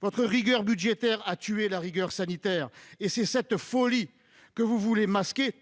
Votre rigueur budgétaire a tué la rigueur sanitaire. C'est cette folie que, tous, vous voulez masquer,